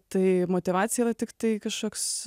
tai motyvacija yra tiktai kažkoks